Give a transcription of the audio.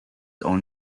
own